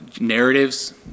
narratives